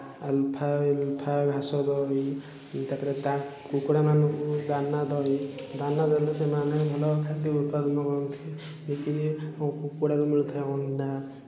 ଆଲଫ ଇଲଫା ଘାସ ଦହି ତା'ପରେ କୁକୁଡ଼ାମାନଙ୍କୁ ଦାନା ଦହି ଦାନା ଦେଲେ ସେମାନେ ଭଲ ଖାଦ୍ୟ ଉତ୍ପାଦନ କରନ୍ତି ଯେମିତିକି କୁକୁଡ଼ାରୁ ମିଳୁଥାଏ ଅଣ୍ଡା